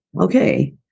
okay